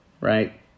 right